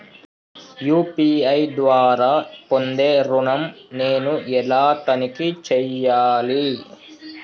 UPI ద్వారా పొందే ఋణం నేను ఎలా తనిఖీ చేయాలి?